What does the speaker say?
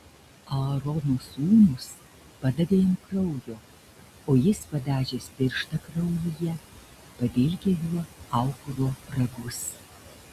aarono sūnūs padavė jam kraujo o jis padažęs pirštą kraujyje pavilgė juo aukuro ragus